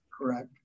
correct